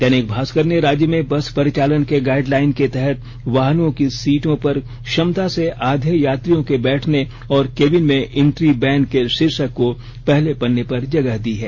दैनिक भास्कर ने राज्य में बस परिचालन के गाइडलाइन के तहत वाहनों की सीटों पर क्षमता से आधे यात्रियों के बैठने और कैबिन में इंट्री बैन के शीर्षक को पहले पन्ने पर जगह दी है